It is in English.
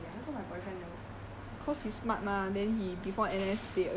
why everybody get their placing already uh how come my boyfriend never